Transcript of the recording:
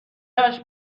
بعد